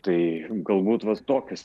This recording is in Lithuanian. tai galbūt vat tokios